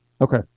Okay